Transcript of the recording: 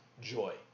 joy